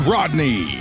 Rodney